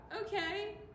okay